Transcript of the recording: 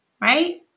right